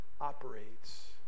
Operates